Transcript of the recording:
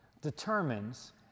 determines